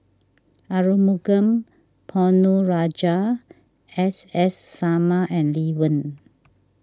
Arumugam Ponnu Rajah S S Sarma and Lee Wen